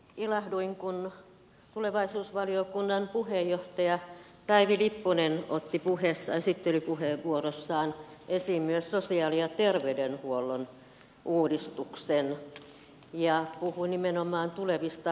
ilahduin kun tulevaisuusvaliokunnan puheenjohtaja päivi lipponen otti esittelypuheenvuorossaan esiin myös sosiaali ja terveydenhuollon uudistuksen ja puhui nimenomaan tulevista haasteista